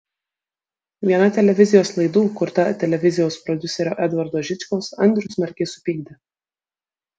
viena televizijos laidų kurta televizijos prodiuserio edvardo žičkaus andrių smarkiai supykdė